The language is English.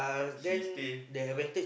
she stay